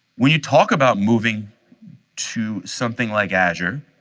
when you talk about moving to something like azure,